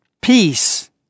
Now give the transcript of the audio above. peace